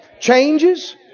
Changes